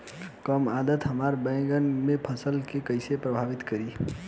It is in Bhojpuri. कम आद्रता हमार बैगन के फसल के कइसे प्रभावित करी?